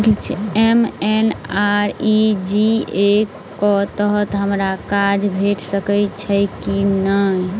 MNREGA कऽ तहत हमरा काज भेट सकय छई की नहि?